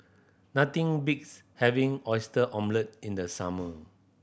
nothing having Oyster Omelette in the summer